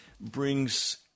brings